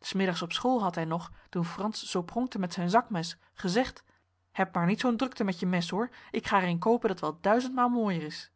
s middags op school had hij nog toen frans zoo pronkte met zijn zakmes gezegd heb maar niet zoo'n drukte met je mes hoor ik ga er een koopen dat wel duizend maal mooier is